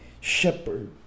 shepherd